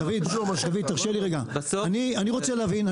דוד תקשיב רגע, אני רוצה להבין.